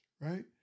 right